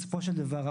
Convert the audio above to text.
בסופו של דבר,